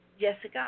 Jessica